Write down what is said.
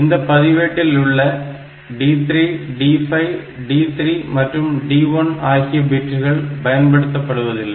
இந்தப் பதிவேட்டில் உள்ள D3 D5 D3 மற்றும் D1 ஆகிய பிட்கள் பயன்படுத்தப்படுவதில்லை